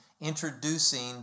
introducing